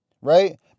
right